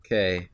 Okay